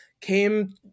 came